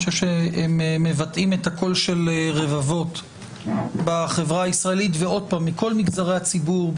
הם מבטאים את קולם של רבבות בחברה הישראלית מכל מגזרי הציבור,